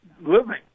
living